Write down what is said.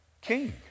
king